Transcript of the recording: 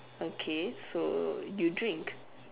okay so you drink